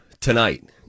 tonight